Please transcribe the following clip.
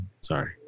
Sorry